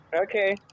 Okay